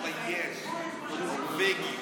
לא מתבייש,